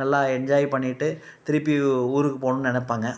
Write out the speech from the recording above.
நல்லா என்ஜாய் பண்ணிட்டு திருப்பி ஊருக்கு போகணுன்னு நினப்பாங்க